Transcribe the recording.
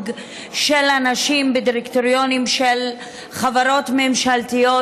של הנשים בדירקטוריונים של חברות ממשלתיות,